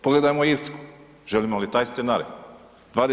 Pogledajmo Irsku, želimo li taj scenarij?